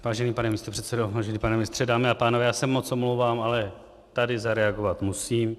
Vážený pane místopředsedo, vážený pane ministře, dámy a pánové, já se moc omlouvám, ale tady zareagovat musím.